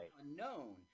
unknown